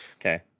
Okay